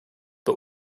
but